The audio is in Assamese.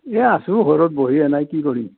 এ আছোঁ ঘৰত বহি এনেই কি কৰিম